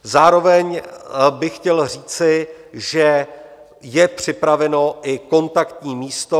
Zároveň bych chtěl říci, že je připraveno i kontaktní místo.